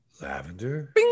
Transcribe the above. Lavender